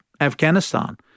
Afghanistan